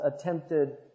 attempted